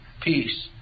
peace